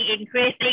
increasing